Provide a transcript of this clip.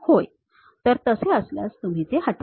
होय तर तसे असल्यास तुम्ही ते हटवा